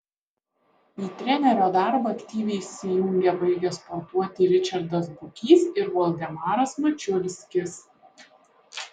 į trenerio darbą aktyviai įsijungė baigę sportuoti ričardas bukys ir voldemaras mačiulskis